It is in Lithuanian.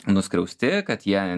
nuskriausti kad jie